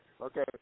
Okay